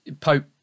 Pope